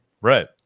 Right